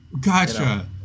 Gotcha